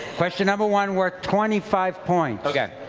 question number one worth twenty five points. okay.